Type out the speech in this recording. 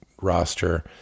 roster